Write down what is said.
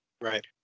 Right